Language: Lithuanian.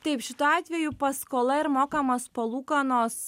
taip šituo atveju paskola ir mokamos palūkanos